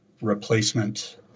replacement